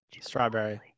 strawberry